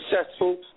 successful